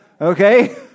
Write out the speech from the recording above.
okay